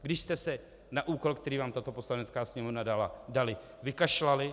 Když jste se na úkol, který vám tato Poslanecká sněmovna dala, vykašlali?